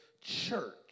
church